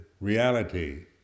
reality